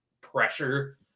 pressure